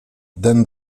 then